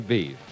Beef